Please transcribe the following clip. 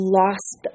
lost